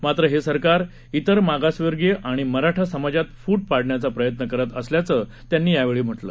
मात्र हे सरकार इतर मागसवर्गीय आणि मराठा समाजात फ्ट पाडण्याचा प्रयत्न करत असल्याचं असं त्यांनी सांगितलं